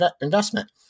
investment